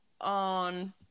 on